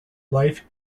life